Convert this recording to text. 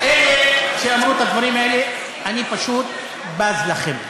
אלה שאמרו את הדברים האלה, אני פשוט בז לכם.